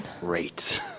Great